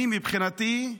מבחינתי,